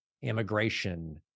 immigration